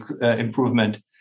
improvement